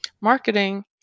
marketing